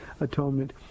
atonement